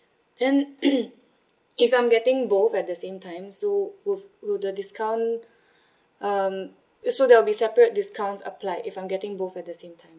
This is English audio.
then if I'm getting both at the same time so will will the discount um so there'll be separate discounts applied if I'm getting both at the same time